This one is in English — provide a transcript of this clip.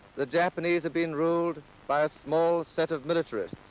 the japanese have been ruled by a small set of militaries.